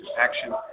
Action